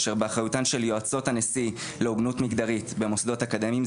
אשר באחריותן של יועצות הנשיא להוגנות מגדרית במוסדות אקדמיים.